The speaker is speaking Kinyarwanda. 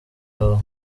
wawe